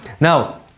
Now